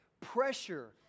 pressure